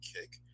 kick